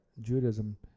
Judaism